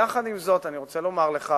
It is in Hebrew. עם זאת, אני רוצה לומר לך